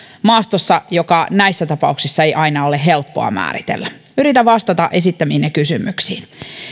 maastossa joka näissä tapauksissa ei aina ole helppoa määritellä yritän vastata esittämiinne kysymyksiin